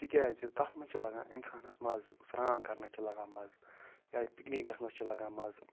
تِکیٛازِ تتھ منٛز چھُ لگان اِنسانس مَزٕ سران کَرنس چھُ لَگان مَزٕ یا پِکنِک گَژھنس چھُ لَگان مَزٕ